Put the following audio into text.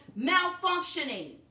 malfunctioning